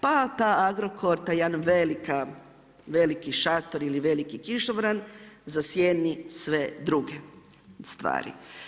Pa taj Agrokor, taj jedan veliki šator ili veliki kišobran zasjeni sve druge stvari.